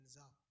up